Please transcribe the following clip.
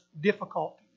difficulties